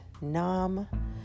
nam